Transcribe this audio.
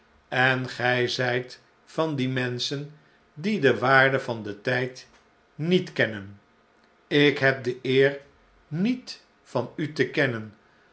en gij zijt van die menschen die de waarde van den tijd niet kennen ik heb de eer niet van u te kennen